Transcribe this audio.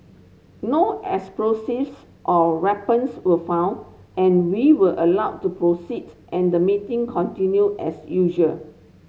no explosives or weapons were found and we were allowed to proceed and the meeting continued as usual